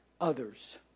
others